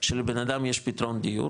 שלבנאדם יש פתרון דיור,